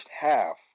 half